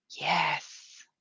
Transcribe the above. Yes